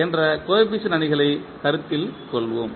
என்ற கோஎபிசியன்ட் அணிகளை கருத்தில் கொள்வோம்